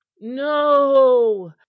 No